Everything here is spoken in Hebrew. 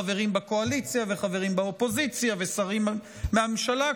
חברים בקואליציה וחברים באופוזיציה ושרים מהממשלה,